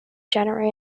january